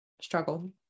struggle